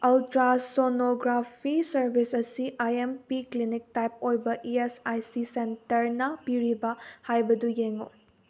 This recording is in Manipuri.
ꯎꯜꯇ꯭ꯔꯥ ꯁꯣꯅꯣꯒ꯭ꯔꯥꯐꯤ ꯁꯔꯕꯤꯁ ꯑꯁꯤ I M P clinic type ꯑꯣꯏꯕ ꯏꯤ ꯑꯦꯁ ꯑꯥꯏ ꯁꯤ ꯁꯦꯟꯇꯔꯅ ꯄꯤꯔꯤꯕ꯭ꯔꯥ ꯍꯥꯏꯕꯗꯨ ꯌꯦꯡꯉꯨ